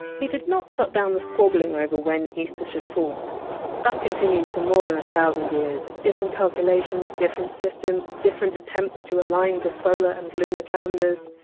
he didn! t shut down the squabbling over when easter should fall that continued for more than a thousand years, different calculations, different systems, different attempts to align the solar and lunar calendars.